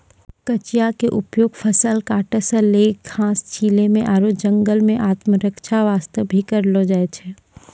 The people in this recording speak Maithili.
कचिया के उपयोग फसल काटै सॅ लैक घास छीलै म आरो जंगल मॅ आत्मरक्षा वास्तॅ भी करलो जाय छै